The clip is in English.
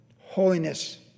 Holiness